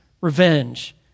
revenge